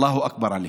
אללה אכבר.